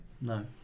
No